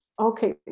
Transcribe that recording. Okay